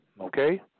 Okay